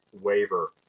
waiver